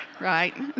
right